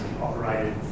operated